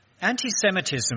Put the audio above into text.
Anti-Semitism